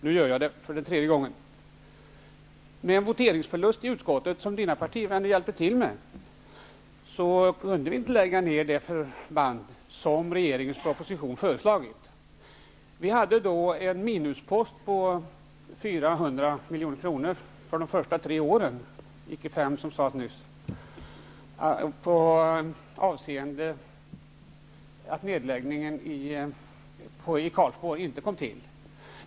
Nu gör jag det för tredje gången. Stjernkvists partivänner bidrog till, kunde vi inte lägga ned det förband som föreslagits i regeringens proposition. Vi hade då en minuspost på 400 milj.kr. för de första tre åren -- icke fem år, som sades nyss -- beroende på att nedläggningen i Karlsborg inte kom till stånd.